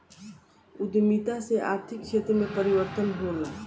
उद्यमिता से आर्थिक क्षेत्र में परिवर्तन होला